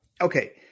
Okay